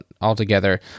altogether